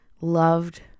loved